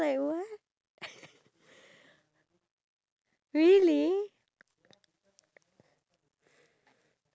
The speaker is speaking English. I feel like humanity even though humanity is not a superpower but it can be at this point of time because